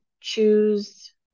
choose